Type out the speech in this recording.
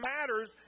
matters